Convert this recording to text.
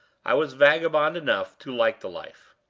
i was vagabond enough to like the life.